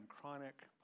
chronic